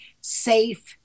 safe